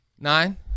Nine